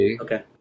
Okay